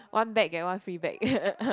one bag get one free bag